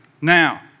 now